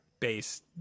base